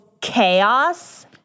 chaos